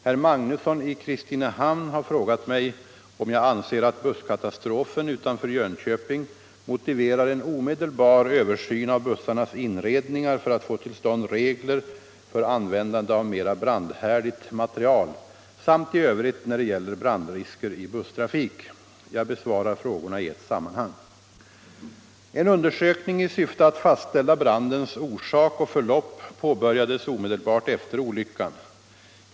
Herr Magnusson i Kristinehamn har frågat mig om jag anser att busskatastrofen utanför Jönköping motiverar en omedelbar översyn av bussarnas inredningar för att få till stånd regler för användande av mera brandhärdigt material samt i övrigt när det gäller brandrisker i busstrafik. Jag besvarar frågorna i ett sammanhang. En undersökning i syfte att fastställa brandens orsak och förlopp påbörjades omedelbart efter olyckan.